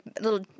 little